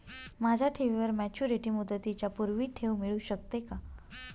माझ्या ठेवीवर मॅच्युरिटी मुदतीच्या पूर्वी ठेव मिळू शकते का?